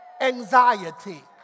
anxiety